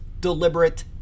deliberate